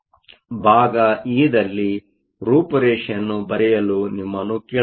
ಭಾಗ ಇ ದಲ್ಲಿ ರೂಪುರೇಷೆಯನ್ನು ಬರೆಯಲು ನಿಮ್ಮನ್ನು ಕೇಳಲಾಗುತ್ತದೆ